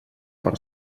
per